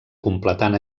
completant